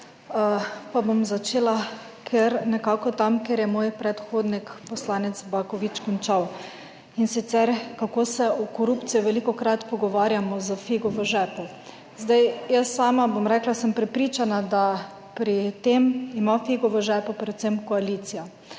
Pa bom začela kar nekako tam, kjer je moj predhodnik, poslanec Baković končal, in sicer kako se o korupciji velikokrat pogovarjamo s figo v žepu. Jaz sama, bom rekla, sem prepričana, da pri tem ima figo v žepu predvsem koalicija,